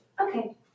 Okay